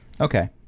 Okay